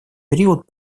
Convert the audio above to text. период